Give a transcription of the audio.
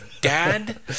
Dad